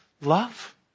love